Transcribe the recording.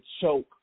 choke